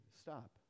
stop